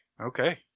Okay